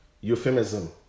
euphemism